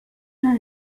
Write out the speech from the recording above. her